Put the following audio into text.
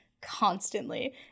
constantly